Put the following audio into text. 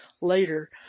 later